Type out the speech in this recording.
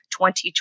2020